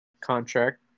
contract